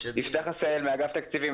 אני מאגף תקציבים.